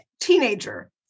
teenager